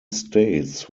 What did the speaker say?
states